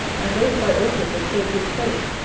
and those by authors of so good credit,